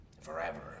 Forever